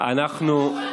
אתה מבין,